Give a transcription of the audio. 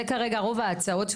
זה כרגע רוב ההצעות,